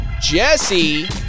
Jesse